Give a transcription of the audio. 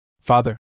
Father